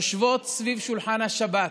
יושבות סביב שולחן השבת,